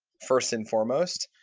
first and foremost.